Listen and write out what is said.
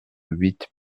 huit